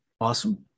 awesome